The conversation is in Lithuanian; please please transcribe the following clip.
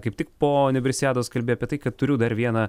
kaip tik po universiados kalbėjo apie tai kad turiu dar vieną